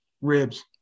Ribs